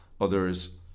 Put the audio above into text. others